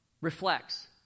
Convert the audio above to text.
reflects